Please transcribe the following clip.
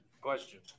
question